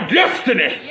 destiny